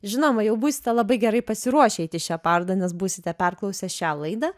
žinoma jau būsite labai gerai pasiruošę eiti į parodą nes būsite perklausę šią laidą